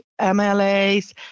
MLAs